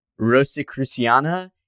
Rosicruciana